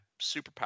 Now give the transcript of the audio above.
superpower